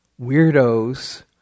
weirdos